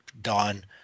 done